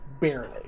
Barely